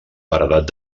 paredat